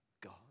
God